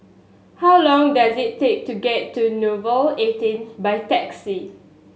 how long does it take to get to Nouvel eighteenth by taxi